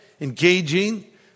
engaging